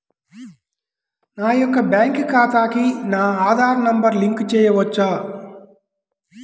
నా యొక్క బ్యాంక్ ఖాతాకి నా ఆధార్ నంబర్ లింక్ చేయవచ్చా?